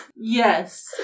Yes